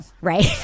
right